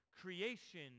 Creation